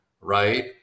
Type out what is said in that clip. right